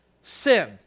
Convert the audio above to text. sin